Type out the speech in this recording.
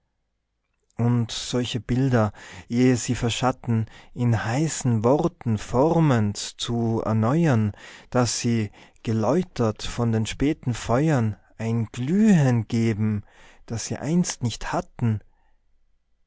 und solche bilder ehe sie verschatten in heißen worten formend zu erneuern daß sie geläutert von den späten feuern ein glühen geben das sie einst nicht hatten